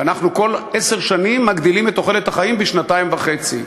ואנחנו כל עשר שנים מגדילים את תוחלת החיים בשנתיים וחצי.